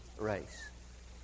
race